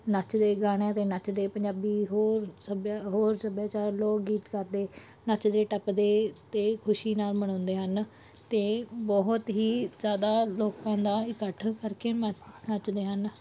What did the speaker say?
ਨੱਚਦੇ ਗਾਣਿਆਂ 'ਤੇ ਨੱਚਦੇ ਪੰਜਾਬੀ ਹੋਰ ਸੱਭਿਆ ਹੋਰ ਸੱਭਿਆਚਾਰ ਲੋਕ ਗੀਤ ਕਰਦੇ ਨੱਚਦੇ ਟੱਪਦੇ ਅਤੇ ਖੁਸ਼ੀ ਨਾਲ ਮਨਾਉਂਦੇ ਹਨ ਅਤੇ ਬਹੁਤ ਹੀ ਜ਼ਿਆਦਾ ਲੋਕਾਂ ਦਾ ਇਕੱਠ ਕਰਕੇ ਨੱ ਨੱਚਦੇ ਹਨ